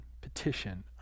petition